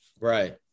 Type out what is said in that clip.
Right